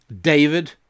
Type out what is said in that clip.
David